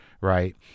Right